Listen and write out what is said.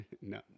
No